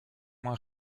moins